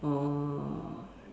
orh